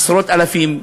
עשרות-אלפים,